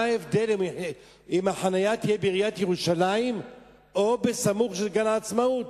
מה ההבדל אם החנייה תהיה בעיריית ירושלים או סמוך לגן-העצמאות?